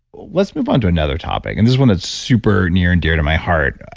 let's move on to another topic. and this one it's super near and dear to my heart.